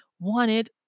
wanted